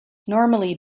normally